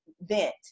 vent